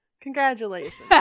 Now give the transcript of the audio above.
congratulations